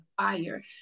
fire